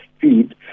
feed